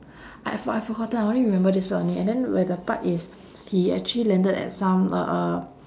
I f~ I forgotten I only remember this part only and then where the part is he actually landed at some uh uh